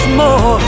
more